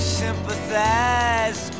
sympathize